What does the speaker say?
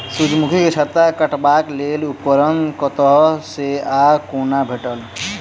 सूर्यमुखी केँ छत्ता काटबाक लेल उपकरण कतह सऽ आ कोना भेटत?